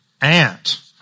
aunt